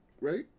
right